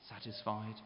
satisfied